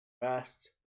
best